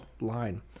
line